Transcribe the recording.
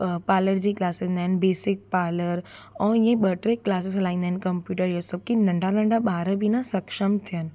parlour जी classes ॾींदा आहिनि बेसिक पार्लर ऐं इएं ॿ टे क्लासेस हलाईंदा आहिनि कंप्यूटर इहे सभु की नंढा नंढा ॿार बि न सक्षम थियनि